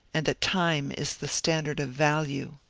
and that time is the standard of value.